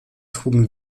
trugen